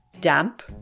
Damp